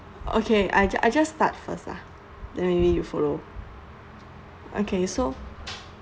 okay I ju~ I just start first lah then maybe you follow okay so